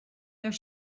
their